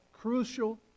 crucial